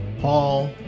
Paul